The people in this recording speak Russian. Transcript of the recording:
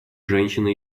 женщины